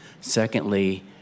Secondly